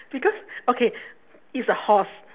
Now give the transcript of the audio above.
because okay it's a horse